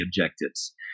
objectives